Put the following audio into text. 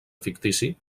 fictici